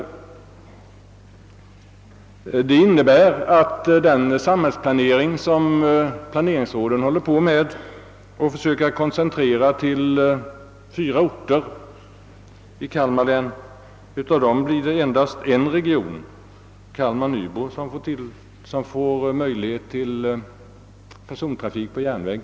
Detta innebär att av de inom plane ringsrådet skisserade regionerna inom Kalmar län endast en — Kalmar—Nybro — får tillgång till persontrafik på järnväg.